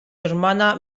hermana